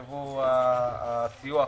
הסיוע,